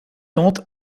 tente